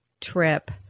trip